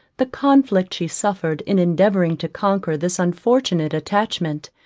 the conflict she suffered in endeavouring to conquer this unfortunate attachment,